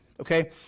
okay